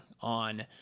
on